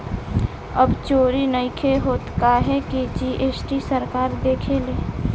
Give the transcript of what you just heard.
अब चोरी नइखे होत काहे की जी.एस.टी सरकार देखेले